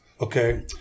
Okay